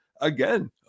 again